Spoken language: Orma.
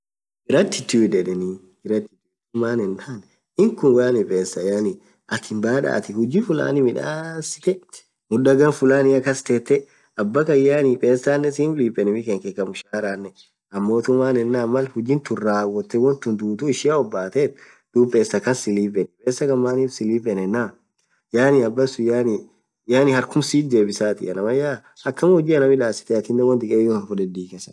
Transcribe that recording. gratitude yedheni gratitude maaenen inkhun pesa yaani baadha atiin huji fulani midhasithe muudhaa ghan fulani kasthethe abakhan yaani pesaanen simm lipeni bhii khaakhe mshaharaaanan ammothu maaan yenen Mal hujinthuu rawothe wonthu dhudhu ishian abbathothe dhub pesaa khan silipenii pesaa khan manif silipenii yenen yaani abbasun yaani harkhum sitjebisathia namaya akhamaa huji anamidhasithe hoo won dhikheyothan fudhedhi